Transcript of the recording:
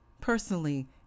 personally